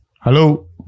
Hello